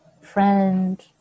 friend